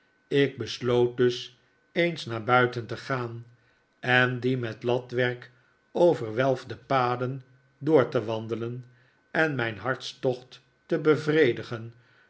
ik besloot dus eens naar buiten te gaan en die met latwerk overwelfde paden door te wandelen en mijn hartstocht te bevredigen